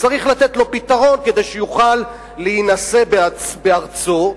צריך לתת לו פתרון כדי שיוכל להינשא בארצו,